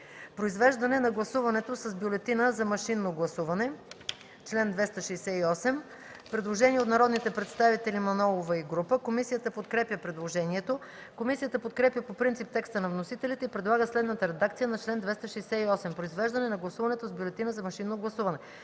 „Произвеждане на гласуването с бюлетина за машинно гласуване” има предложение от Мая Манолова и група народни представители. Комисията подкрепя предложението. Комисията подкрепя по принцип текста на вносителите и предлага следната редакция на чл. 268: „Произвеждане на гласуването с бюлетина за машинно гласуване